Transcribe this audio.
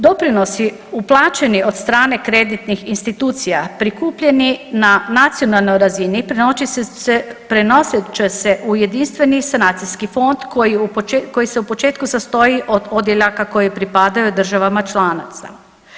Doprinosi uplaćeni od strane kreditnih institucija prikupljeni na nacionalnoj razini prenosit će se u jedinstveni sanacijski fond koji se u početku sastoji od odjeljaka koji pripadaju državama članica.